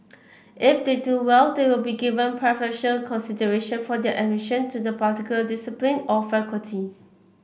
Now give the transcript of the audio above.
if they do well they will be given preferential consideration for their admission to the particular discipline or faculty